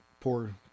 poor